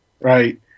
Right